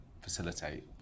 facilitate